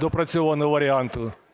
допрацьованого варіанту,